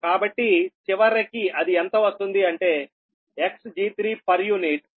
కాబట్టి చివరికి అది ఎంత వస్తుంది అంటే Xg3p